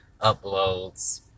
uploads